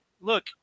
look